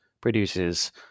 produces